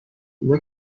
اونا